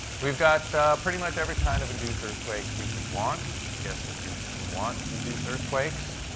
we've got pretty much every kind of induced earthquake you could want, i guess if you would want induced earthquakes.